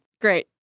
Great